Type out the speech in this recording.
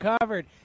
covered